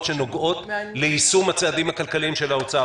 שנוגעות ליישום הצעדים הכלכליים של האוצר.